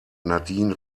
nadine